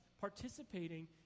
participating